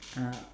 uh